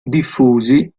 diffusi